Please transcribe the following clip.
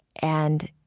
and